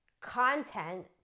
content